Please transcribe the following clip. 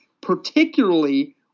particularly